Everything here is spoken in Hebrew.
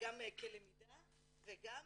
גם כלמידה וגם,